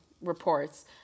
reports